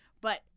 But-